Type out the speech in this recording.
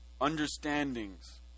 understandings